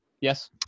Yes